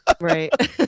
Right